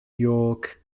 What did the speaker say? york